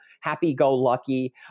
happy-go-lucky